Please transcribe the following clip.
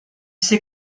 c’est